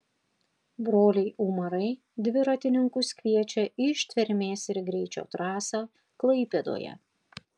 broliai umarai dviratininkus kviečia į ištvermės ir greičio trasą klaipėdoje